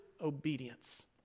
obedience